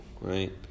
right